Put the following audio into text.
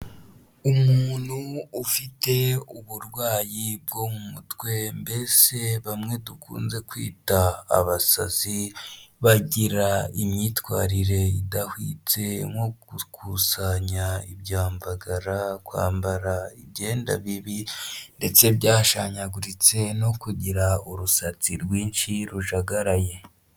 Umuntu ufite uburwayi bwo mu mutwe mbese bamwe dukunze kwita abasazi bagira imyitwarire idahwitse nko gukusanya ibyambagara, kwambara imyenda bibi ndetse byashyaguritse no kugira urusatsi rwinshi rujagaraye.